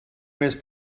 més